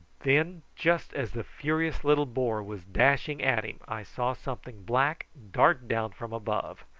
then just as the furious little boar was dashing at him, i saw something black dart down from above